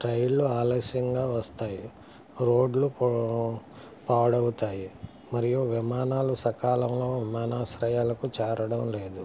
రైళ్ళు ఆలస్యంగా వస్తాయి రోడ్లు కూడా పాడవుతాయి మరియు విమానాలు సకాలంలో విమానాశ్రయాలకు చేరడం లేదు